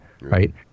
Right